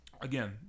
Again